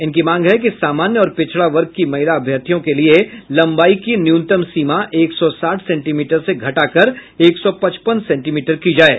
इनकी मांग है कि सामान्य और पिछड़ा वर्ग की महिला अभ्यर्थियों के लिये लंबाई की न्यूनतम सीमा एक सौ साठ सेंटीमीटर से घटाकर एक सौ पचपन सेंटीमीटर की जाये